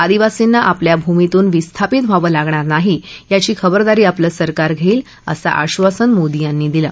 आदिवासींना आपल्या भूमितून विस्थापित व्हावं लागणार नाही याची खबरदारी आपलं सरकार घट्ट्रम असं आश्वासन मोदी यांनी दिलं